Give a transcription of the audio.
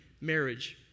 marriage